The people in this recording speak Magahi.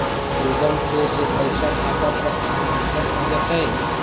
गूगल पे से पईसा खाता पर स्थानानंतर हो जतई?